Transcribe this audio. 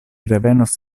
revenos